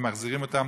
ומחזירים אותם.